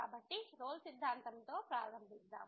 కాబట్టి రోల్ సిద్ధాంతంRolle's Theorem తో ప్రారంభిద్దాం